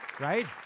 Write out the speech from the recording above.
right